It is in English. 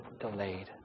delayed